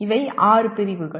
இவை ஆறு பிரிவுகள்